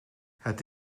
het